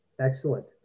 Excellent